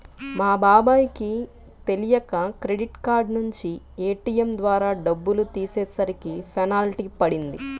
మా బాబాయ్ కి తెలియక క్రెడిట్ కార్డు నుంచి ఏ.టీ.యం ద్వారా డబ్బులు తీసేసరికి పెనాల్టీ పడింది